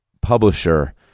publisher